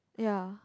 ya